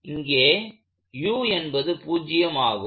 இங்கே u என்பது 0 ஆகும்